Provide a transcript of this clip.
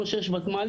כמו שיש ותמ"ל,